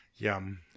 Yum